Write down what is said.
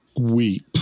weep